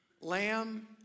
lamb